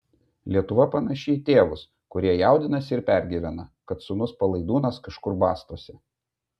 lietuva panaši į tėvus kurie jaudinasi ir pergyvena kad sūnus palaidūnas kažkur bastosi